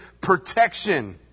protection